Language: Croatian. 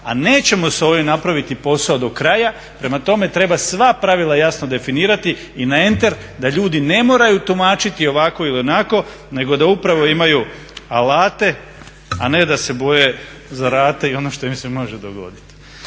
a nećemo s ovim napraviti posao do kraja. Prema tome treba sva pravila jasno definirati i na enter da ljudi ne moraju tumačiti ovako ili onako nego da imaju alate, a ne da se boje za rate i ono što im se može dogoditi.